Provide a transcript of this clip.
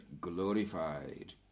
glorified